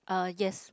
uh yes